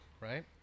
right